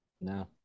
No